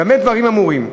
במה דברים אמורים?